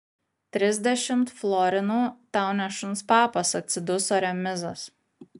trisdešimt florinų tau ne šuns papas atsiduso remizas